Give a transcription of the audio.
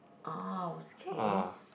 orh okay